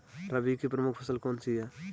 रबी की प्रमुख फसल कौन सी है?